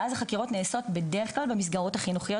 ואז החקירות נעשות בדרך כלל במסגרות החינוכיות,